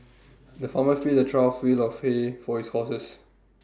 the farmer filled A trough full of hay for his horses